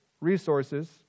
resources